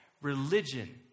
religion